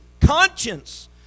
Conscience